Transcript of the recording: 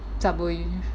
sabo you